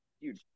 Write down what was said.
dude